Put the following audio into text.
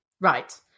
Right